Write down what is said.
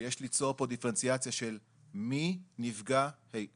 יש ליצור פה דיפרנציאציה מי נפגע, היכן,